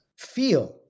feel